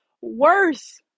worse